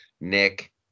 Nick